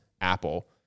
Apple